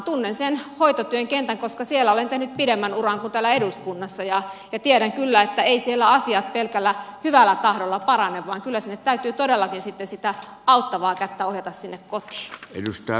tunnen sen hoitotyön kentän koska siellä olen tehnyt pidemmän uran kuin täällä eduskunnassa ja tiedän kyllä että eivät siellä asiat pelkällä hyvällä tahdolla parane vaan kyllä täytyy todellakin sitä auttavaa kättä ohjata sinne kotiin